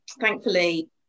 Thankfully